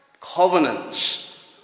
covenants